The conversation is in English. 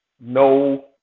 no